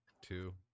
two